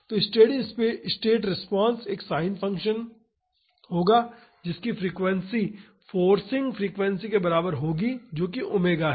तो steady state response एक sine function होगा जिसकी फ्रीक्वेंसी फोर्सिंग फ्रीक्वेंसी के बराबर होगी जो कि ओमेगा है